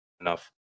enough